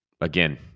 again